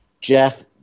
Jeff